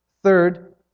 Third